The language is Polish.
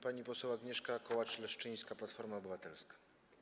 Pani poseł Agnieszka Kołacz-Leszczyńska, Platforma Obywatelska.